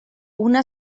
una